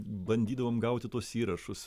bandydavom gauti tuos įrašus